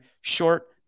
short-